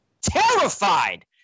Terrified